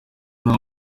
nta